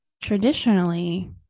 Traditionally